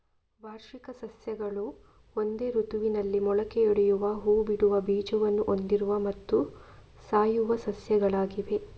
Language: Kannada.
ವಾರ್ಷಿಕ ಸಸ್ಯಗಳು ಒಂದೇ ಋತುವಿನಲ್ಲಿ ಮೊಳಕೆಯೊಡೆಯುವ ಹೂ ಬಿಡುವ ಬೀಜವನ್ನು ಹೊಂದಿರುವ ಮತ್ತು ಸಾಯುವ ಸಸ್ಯಗಳಾಗಿವೆ